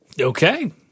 Okay